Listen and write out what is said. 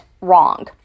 wrong